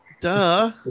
Duh